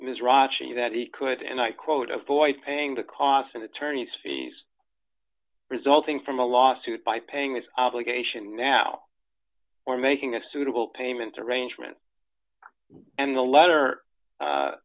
ms rashi that he could and i quote avoid paying the costs and attorney's fees resulting from a lawsuit by paying his obligation now or making a suitable payment arrangement and the letter